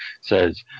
says